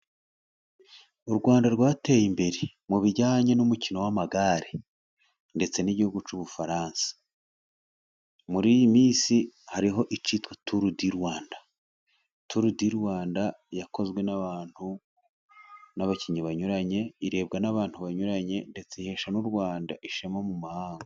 U Rwanda rwateye imbere mu bijyanye n'umukino w'amagare ndetse n'igihugu cy'ubufaransa. Muri iyi minsi hariho icyitwa turu di Rwanda. Turu di Rwanda yakozwe n'abantu n'abakinnyi banyuranye irebwa n'abantu banyuranye ndetse ihesha n'u Rwanda ishema mu mahanga.